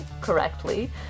correctly